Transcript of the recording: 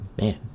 man